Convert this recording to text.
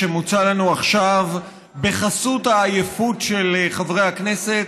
שמוצע לנו עכשיו בחסות העייפות של חברי הכנסת,